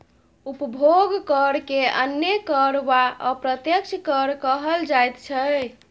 उपभोग करकेँ अन्य कर वा अप्रत्यक्ष कर कहल जाइत छै